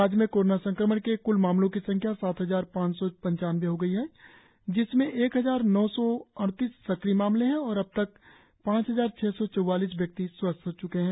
राज्य में कोरोना संक्रमण के क्ल मामलों की संख्या सात हजार पांच सौ पंचानवें हो गई है जिसमें एक हजार नौ सौ अड़तीस सक्रिय मामले हैं और अब तक पांच हजार छह सौ चौवालीस व्यक्ति स्वस्थ हो चुके है